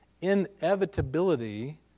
inevitability